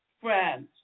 friend